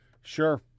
Sure